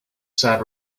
sad